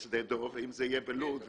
לשדה דב ואם זה יהיה בלוד,